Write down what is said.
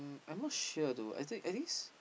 I'm not sure though I think I thinks